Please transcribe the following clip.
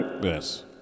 Yes